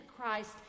Christ